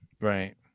Right